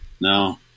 No